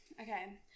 okay